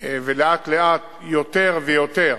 ולאט לאט יותר ויותר